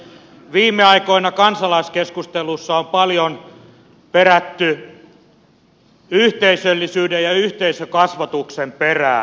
viime aikoina kansalaiskeskustelussa on paljon perätty yhteisöllisyyden ja yhteisökasvatuksen perään